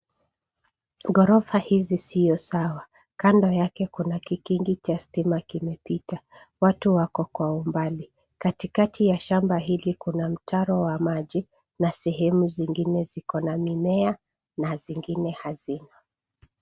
Ghorofa hizi sio sawa ,kando yake kuna kikingi cha stima. kimepita watu wako kwa umbali. Katikati ya shamba hili kuna mtaro wa maji na sehemu zingine ziko na mimea na zingine hazina.